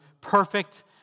perfect